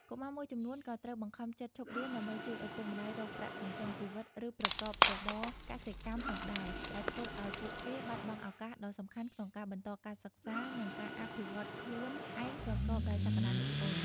កុមារមួយចំនួនក៏ត្រូវបង្ខំចិត្ត ឈប់រៀន ដើម្បីជួយឪពុកម្តាយរកប្រាក់ចិញ្ចឹមជីវិត ឬប្រកបរបរកសិកម្មផងដែរ ដែលធ្វើឱ្យពួកគេបាត់បង់ឱកាសដ៏សំខាន់ក្នុងការបន្តការសិក្សា និងការអភិវឌ្ឍខ្លួនឯងប្រកបដោយសក្តានុពល។